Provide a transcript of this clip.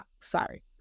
Sorry